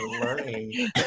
learning